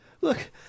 Look